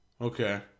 Okay